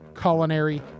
Culinary